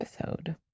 episode